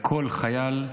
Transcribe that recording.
כל חייל,